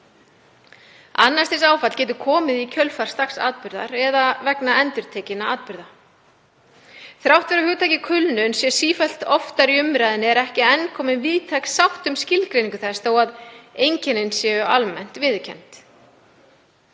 Annars stigs áfall getur komið í kjölfar staks atburðar eða vegna endurtekinna atburða. Þrátt fyrir að hugtakið kulnun sé sífellt oftar í umræðunni er ekki enn komin víðtæk sátt um skilgreiningu þess þó að einkennin séu almennt viðurkennd.